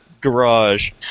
Garage